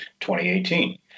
2018